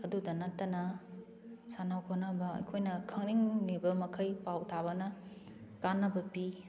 ꯑꯗꯨꯇ ꯅꯠꯇꯅ ꯁꯥꯟꯅ ꯈꯣꯠꯅꯕ ꯑꯩꯈꯣꯏꯅ ꯈꯪꯅꯤꯡꯂꯤꯕ ꯃꯈꯩ ꯄꯥꯎ ꯇꯥꯕꯅ ꯀꯥꯟꯅꯕ ꯄꯤ